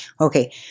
Okay